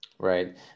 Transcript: right